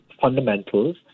fundamentals